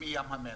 מים המלח.